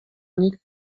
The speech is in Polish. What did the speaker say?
nich